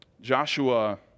Joshua